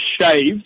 shaved